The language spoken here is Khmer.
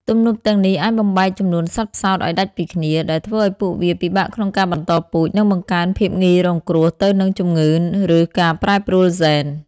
ទំនប់ទាំងនេះអាចបំបែកចំនួនសត្វផ្សោតឱ្យដាច់ពីគ្នា ដែលធ្វើឱ្យពួកវាពិបាកក្នុងការបន្តពូជ និងបង្កើនភាពងាយរងគ្រោះទៅនឹងជំងឺ ឬការប្រែប្រួលហ្សែន។